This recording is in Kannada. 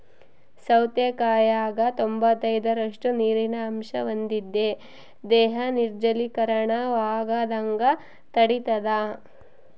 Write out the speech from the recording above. ಸೌತೆಕಾಯಾಗ ತೊಂಬತ್ತೈದರಷ್ಟು ನೀರಿನ ಅಂಶ ಹೊಂದಿದೆ ದೇಹ ನಿರ್ಜಲೀಕರಣವಾಗದಂಗ ತಡಿತಾದ